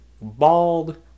Bald